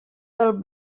del